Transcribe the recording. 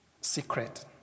secret